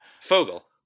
Fogel